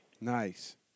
Nice